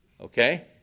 okay